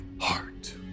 heart